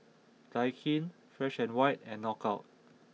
Daikin Fresh and White and Knockout